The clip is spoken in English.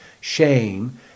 shame